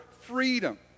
freedom